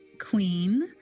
Queen